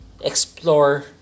explore